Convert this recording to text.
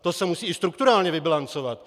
To se musí i strukturálně vybilancovat.